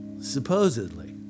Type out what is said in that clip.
supposedly